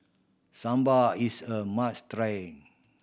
sambar is a must try